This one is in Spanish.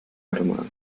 armado